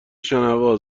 شنوا